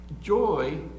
Joy